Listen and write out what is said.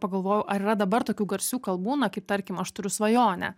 pagalvojau ar yra dabar tokių garsių kalbų na kaip tarkim aš turiu svajonę